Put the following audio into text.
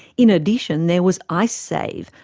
in addition, there was icesave,